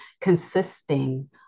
consisting